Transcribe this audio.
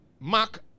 Mark